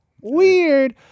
Weird